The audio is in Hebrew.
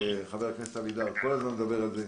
חבר הכנסת אבידר כל הזמן מדבר על זה,